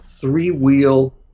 three-wheel